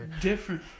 different